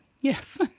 Yes